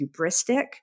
hubristic